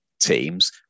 teams